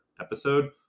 episode